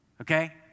Okay